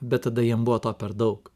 bet tada jiem buvo to per daug